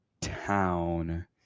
town